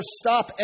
stop